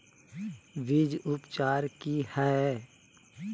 बीज उपचार कि हैय?